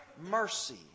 mercy